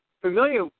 familiar